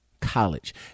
college